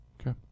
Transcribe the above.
Okay